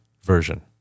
version